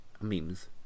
memes